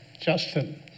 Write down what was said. Justin